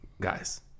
guys